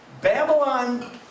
Babylon